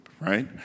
right